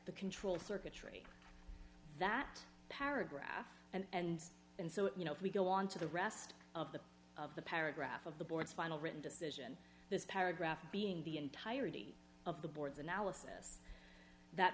the control circuitry that paragraph and and so you know if we go on to the rest of the of the paragraph of the board's final written decision this paragraph being the entirety of the board's analysis that